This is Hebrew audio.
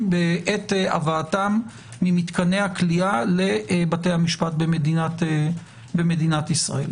בעת הבאתם ממתקני הכליאה לבתי המשפט במדינת ישראל.